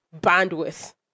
bandwidth